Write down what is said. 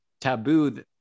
taboo